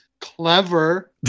clever